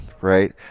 right